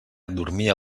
dormia